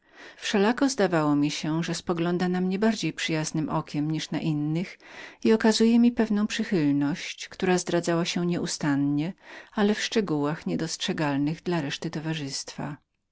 wszelako zdało mi się że spoglądała na mnie bardziej przyjaznem okiem niż na drugich i okazywała mi pewną przychylność która zdradzała się w szczegółach niepostrzegalnych dla reszty towarzystwa